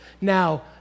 now